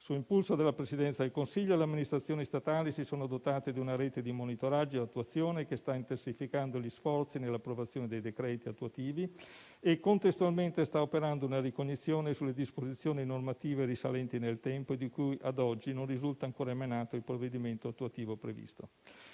Su impulso della Presidenza del Consiglio le amministrazioni statali si sono dotate di una rete di monitoraggio e attuazione che sta intensificando gli sforzi nell'approvazione dei decreti attuativi e contestualmente sta operando una ricognizione sulle disposizioni normative risalenti nel tempo, di cui ad oggi non risulta ancora emanato il provvedimento attuativo previsto.